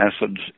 acids